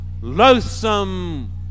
loathsome